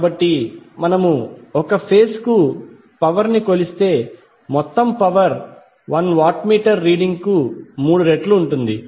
కాబట్టి మనము ఒక ఫేజ్ కు పవర్ ని కొలిస్తే మొత్తం పవర్ 1 వాట్ మీటర్ రీడింగ్ కు మూడు రెట్లు ఉంటుంది